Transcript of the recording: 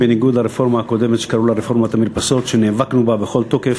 בניגוד לרפורמה הקודמת שקראו לה רפורמת המרפסות ונאבקנו בה בכל תוקף,